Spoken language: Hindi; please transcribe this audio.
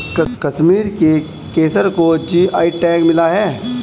कश्मीर के केसर को जी.आई टैग मिला है